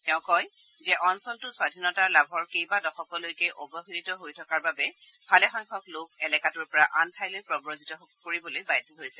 তেওঁ কয় যে অঞ্চলটো স্বাধীনতাৰ লাভৰ কেইবা দশকলৈকে অবহেলিত হৈ থকাৰ বাবে ভালেসংখ্যক লোক এলেকাটোৰ পৰা আন ঠাইলৈ প্ৰব্ৰজিত কৰিবলৈ বাধ্য হৈছে